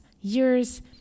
years